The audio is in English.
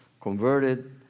converted